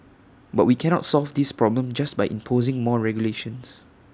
but we cannot solve this problem just by imposing more regulations